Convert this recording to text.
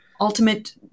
ultimate